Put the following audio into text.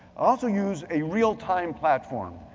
also use a real time platform.